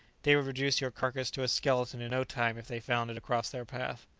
they would reduce your carcase to a skeleton in no time, if they found it across their path.